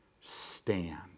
stand